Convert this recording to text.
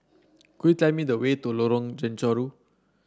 could you tell me the way to Lorong Chencharu